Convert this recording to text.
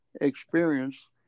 experience